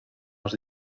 els